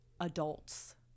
adults